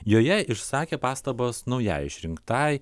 joje išsakė pastabas naujai išrinktai